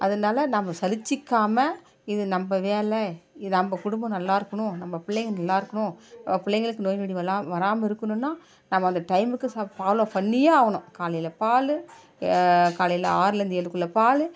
அதனால் நம்ப சலிச்சிக்காமல் இது நம்ப வேலை நம்ப குடும்பம் நல்லாயிருக்கணும் நம்ப பிள்ளைங்க நல்லாயிருக்கணும் நம்ப பிள்ளைங்களுக்கு நோய்நொடி வராமல் இருக்கணுன்னால் நாம் அந்த டைமுக்கு ஃபாலோ பண்ணியே ஆகணும் காலையில் பால் காலையில் ஆறுலேருந்து ஏழுக்குள் பால்